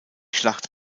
schlacht